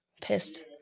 pissed